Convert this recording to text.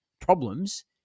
problems